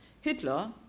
Hitler